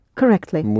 correctly